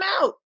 out